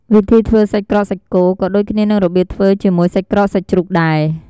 វិធីធ្វើសាច់ក្រកសាច់គោ ក៏ដូចគ្នានឺងរបៀបធ្វើជាមួយសាច់ក្រកសាច់ជ្រូកដែរ។